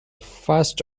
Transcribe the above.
first